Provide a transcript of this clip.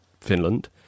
Finland